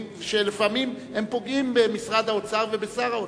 שלפעמים הם פוגעים במשרד האוצר ובשר האוצר,